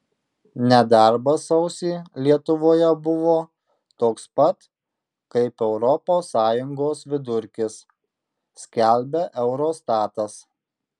nedarbas sausį lietuvoje buvo toks pat kaip europos sąjungos vidurkis skelbia eurostatas